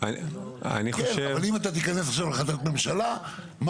אם אתה תיכנס עכשיו להחלטת הממשלה,